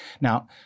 Now